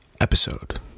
episode